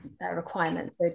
requirements